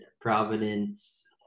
Providence